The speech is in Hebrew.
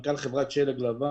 מנכ"ל חברת "שלג לבן"